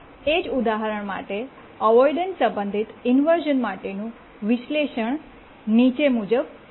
એ જ ઉદાહરણ માટે અવોઇડન્સ સંબંધિત ઇન્વર્શ઼ન માટેનું વિશ્લેષણ નીચે મુજબ છે